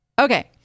Okay